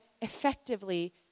effectively